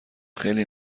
خیلی